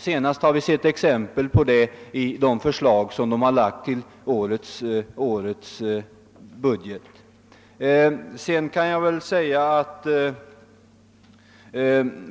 Senast har vi sett exempel på detta i det budgetförslag som partiet har framlagt. Vidare har